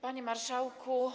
Panie Marszałku!